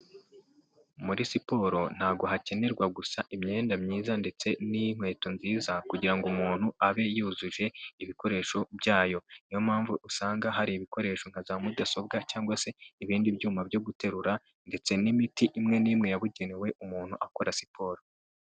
Muri siporo ntago hakenerwa gusa imyenda myiza ndetse n'inkweto nziza kugira ngo umuntu abe yujuje ibikoresho byayo, niyo mpamvu usanga hari ibikoresho nka zamudasobwa cyangwa se ibindi byuma byo guterura ndetse n'imiti imwe n'imwe yabugenewe umuntu akora siporo.